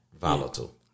volatile